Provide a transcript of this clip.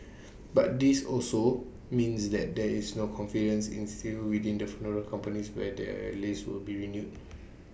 but this also means that there is no confidence instilled within the funeral companies whether their lease will be renewed